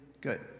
good